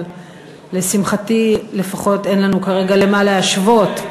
אבל לשמחתי לפחות אין לנו כרגע למה להשוות,